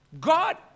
God